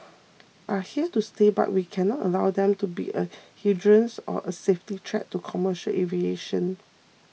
are here to stay but we cannot allow them to be a hindrance or a safety threat to commercial aviation